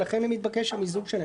ולכן מתבקש המיזוג שלהן.